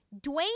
Dwayne